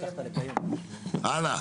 הלאה.